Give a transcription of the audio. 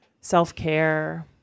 self-care